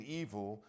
evil